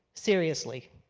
seriously.